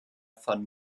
van